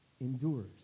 endures